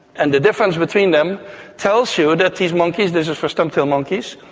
and the difference between them tells you that these monkeys, this is for stumptail monkeys,